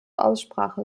aussprache